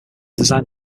designed